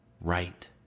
right